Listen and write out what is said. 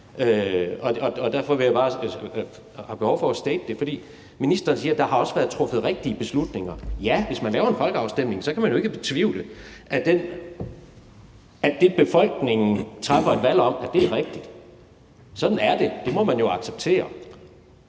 og derfor har jeg behov for at state det. Ministeren siger, at der også har været truffet rigtige beslutninger. Ja, hvis man laver en folkeafstemning, kan man jo ikke betvivle, at det, som befolkningen træffer et valg om, er rigtigt. Sådan er det, det må man jo acceptere.